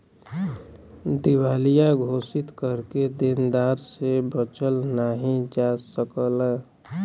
दिवालिया घोषित करके देनदार से बचल नाहीं जा सकला